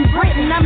Britain